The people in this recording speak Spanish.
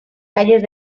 calles